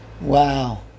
Wow